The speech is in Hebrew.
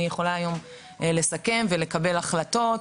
אני יכולה היום לסכם ולקבל החלטות,